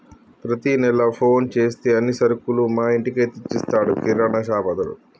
ప్రతి నెల ఫోన్ చేస్తే అన్ని సరుకులు మా ఇంటికే తెచ్చిస్తాడు కిరాణాషాపతడు